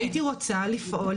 הייתי רוצה לפעול,